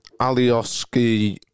Alioski